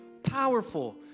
Powerful